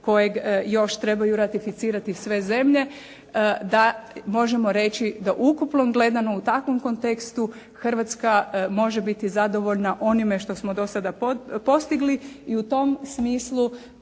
kojeg još trebaju ratificirati sve zemlje da možemo reći da ukupno gledano u takvom kontekstu Hrvatska može biti zadovoljna onime što smo do sada postigli i u tom smislu